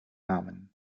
namen